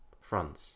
France